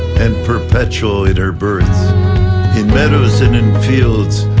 and perpetual in her birth in meadows and in fields,